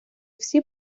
всі